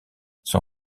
son